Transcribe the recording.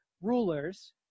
rulers